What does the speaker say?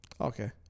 Okay